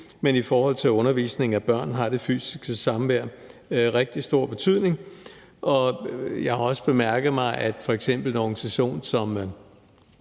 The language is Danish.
men i forhold til undervisningen af børn har det fysiske samvær rigtig stor betydning. Og jeg har også bemærket, at f.eks. en organisation som